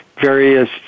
various